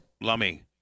Lummy